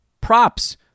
Props